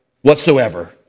whatsoever